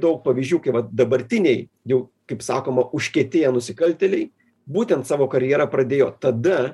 daug pavyzdžių kai vat dabartiniai jau kaip sakoma užkietėję nusikaltėliai būtent savo karjerą pradėjo tada